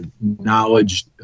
knowledge